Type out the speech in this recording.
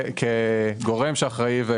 זה